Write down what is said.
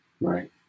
Right